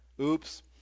Oops